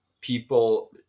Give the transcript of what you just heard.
people